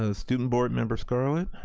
ah student board member scarlett?